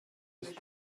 ist